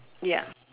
ya